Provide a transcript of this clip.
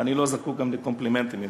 ואני גם לא זקוק לקומפלימנטים ממך.